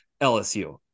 LSU